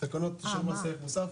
זה תקנות אישור מס ערך מוסף?